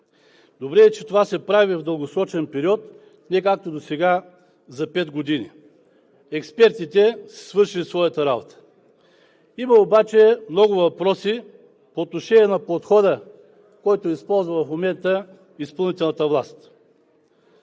Добре е, че това се прави в дългосрочен период, а не както досега – за пет години. Експертите са свършили своята работа. Има обаче много въпроси по отношение на подхода, който използва в момента изпълнителната власт.